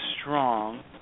strong